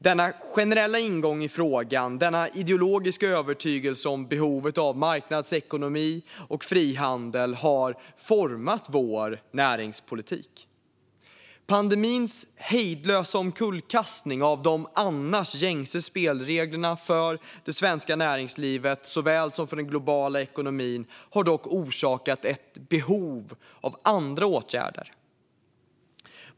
Denna generella ingång i frågan - denna ideologiska övertygelse om behovet av marknadsekonomi och frihandel - har format vår näringspolitik. Pandemins hejdlösa omkullkastande av de gängse spelreglerna för såväl det svenska näringslivet som den globala ekonomin har dock skapat ett behov av andra åtgärder.